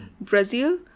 Brazil